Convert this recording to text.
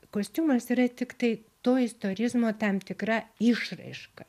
kostiumas yra tiktai to istorizmo tam tikra išraiška